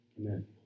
Amen